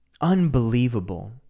Unbelievable